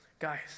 Guys